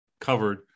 covered